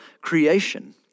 creation